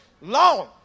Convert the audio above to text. long